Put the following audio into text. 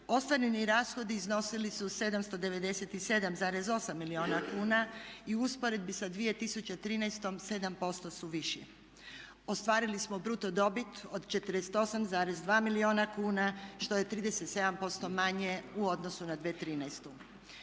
Ostvareni rashodi iznosili su 797,8 milijuna kuna i u usporedbi sa 2013. 7% su viši. Ostvarili smo bruto dobit od 48,2 milijuna kuna što je 37% manje u odnosu na 2013.